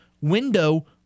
window